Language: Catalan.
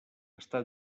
està